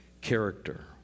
character